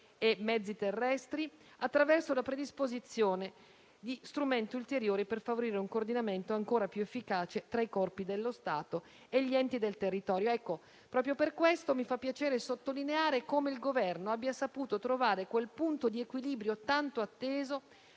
e mezzi terrestri, attraverso la predisposizione di strumenti ulteriori per favorire un coordinamento ancora più efficace tra i corpi dello Stato e gli enti del territorio. Proprio per questo mi fa piacere sottolineare come il Governo abbia saputo trovare quel punto di equilibrio tanto atteso